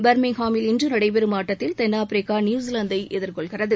பா்மிங்ஹாமில் இன்று நடைபெறும் ஆட்டத்தில் தென்னாப்பிரிக்கா நியூசிவாந்தை எதிா்கொள்கிறது